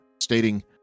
stating